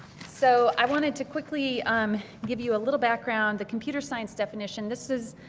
so i wanted to quickly um give you a little background, the computer science definition. this this